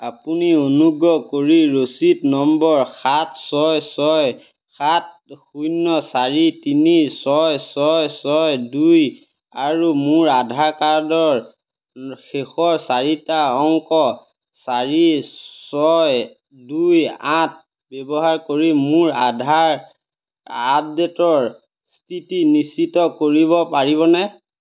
আপুনি অনুগ্ৰহ কৰি ৰচিদ নম্বৰ সাত ছয় ছয় সাত শূন্য চাৰি তিনি ছয় ছয় ছয় দুই আৰু মোৰ আধাৰ কাৰ্ডৰ শেষৰ চাৰিটা অংক চাৰি ছয় দুই আঠ ব্যৱহাৰ কৰি মোৰ আধাৰ আপডেটৰ স্থিতি নিশ্চিত কৰিব পাৰিবনে